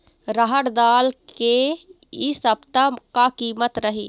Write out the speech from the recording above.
रहड़ दाल के इ सप्ता का कीमत रही?